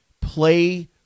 play